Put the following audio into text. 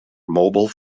mobile